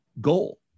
goal